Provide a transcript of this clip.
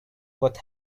what